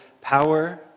power